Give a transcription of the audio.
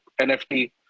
NFT